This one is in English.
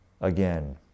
again